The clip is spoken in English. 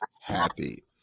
happy